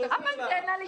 זה אמיתי.